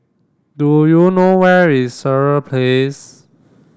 do you know where is Sireh Place